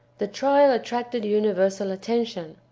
the trial attracted universal attention.